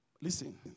Listen